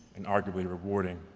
and arguably rewarding,